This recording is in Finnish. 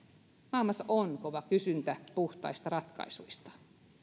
maailmassa on kova kysyntä puhtaista ratkaisuista